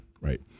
right